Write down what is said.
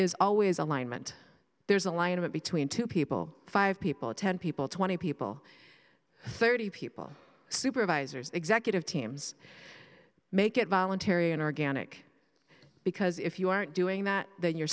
is always alignment there's a line of it between two people five people ten people twenty people thirty people supervisors executive teams make it voluntary an organic because if you aren't doing that then you're